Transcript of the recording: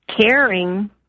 caring